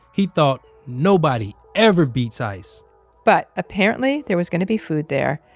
he thought nobody ever beats ice but apparently there was going to be food there.